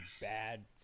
bad